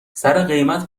سرقیمت